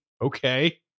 okay